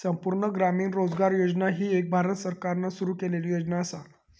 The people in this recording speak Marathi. संपूर्ण ग्रामीण रोजगार योजना ही भारत सरकारान सुरू केलेली योजना असा